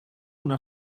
una